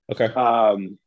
Okay